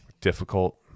Difficult